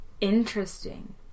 Interesting